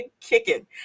kicking